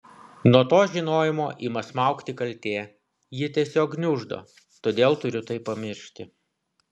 nuo to žinojimo ima smaugti kaltė ji tiesiog gniuždo todėl turiu tai pamiršti